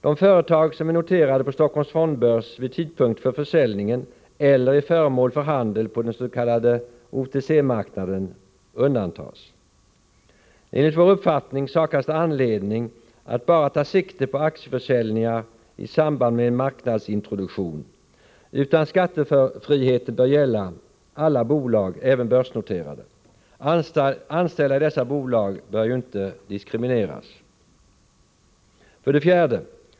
De företag som är noterade på Stockholms fondbörs vid tidpunkten för försäljningen eller är föremål för handel på den s.k. OTC-marknaden undantas. — Enligt vår uppfattning saknas det anledning att bara ta sikte på aktieförsäljningar i samband med marknadsintroduktion. Skattefriheten bör gälla alla bolag, även börsnoterade. Anställda i dessa bolag bör ju inte diskrimineras. 4.